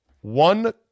one